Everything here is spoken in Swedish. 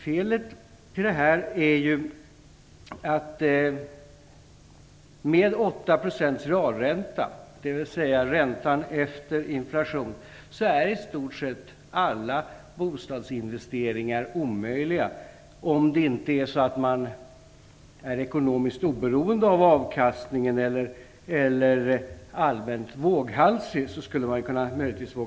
Felet är att med 8 % realränta, dvs. ränta efter inflation, är i stort sett alla bostadsinvesteringar omöjliga - om man inte är ekonomiskt oberoende av avkastningen eller allmänt våghalsig.